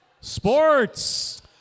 Sports